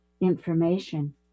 information